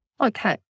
Okay